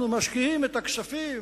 אנחנו משקיעים את הכספים